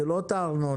זו לא אותה ארנונה.